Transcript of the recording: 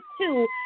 two